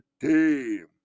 team